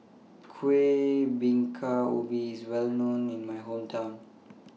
Kueh Bingka Ubi IS Well known in My Hometown